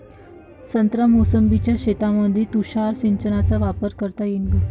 संत्रा मोसंबीच्या शेतामंदी तुषार सिंचनचा वापर करता येईन का?